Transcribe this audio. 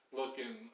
looking